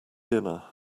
dinner